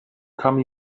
come